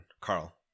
Carl